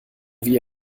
wie